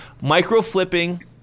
micro-flipping